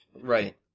Right